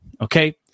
okay